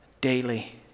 daily